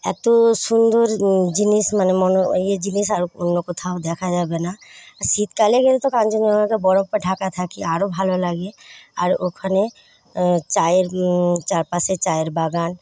এতো সুন্দর জিনিস মানে ইয়ে জিনিস আর অন্য কোথাও দেখা যাবে না আর শীতকালে গেলে তো কাঞ্চনজঙ্ঘাকে বরফে ঢাকা থাকে আরও ভালো লাগে আর ওখানে চায়ের চার পাশে চায়ের বাগান